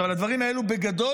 על הדברים האלו בגדול,